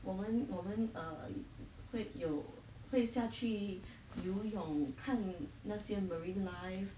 我们我们 err 会有会下去游泳看那些 marine life